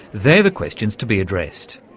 they're the questions to be addressed.